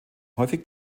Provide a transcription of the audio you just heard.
häufig